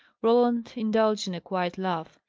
roland indulged in a quiet laugh.